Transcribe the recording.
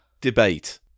Debate